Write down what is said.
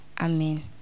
Amen